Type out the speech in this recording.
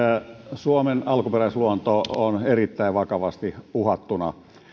suomen alkuperäisluonto on erittäin vakavasti uhattuna